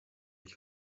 ich